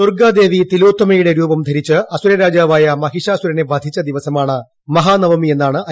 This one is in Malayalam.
ദൂർഗാദേവി തിലോത്തമയുടെ രൂപം ധരിച്ച് അസുര രാജാവായ മഹിഷാസുരനെ വധിച്ച ദിവസമാണ് മഹാനവമി എന്നാണ് ഐതിഹ്യം